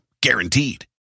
guaranteed